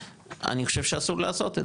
אני חושב שאסור לעשות את זה.